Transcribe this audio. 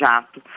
Jato